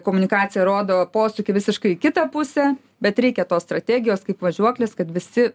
komunikacija rodo posūkį visiškai kitą pusę bet reikia tos strategijos kaip važiuoklės kad visi